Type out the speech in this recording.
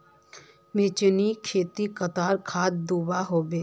मिर्चान खेतीत कतला खाद दूबा होचे?